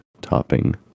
topping